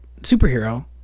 superhero